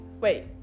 wait